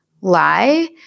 lie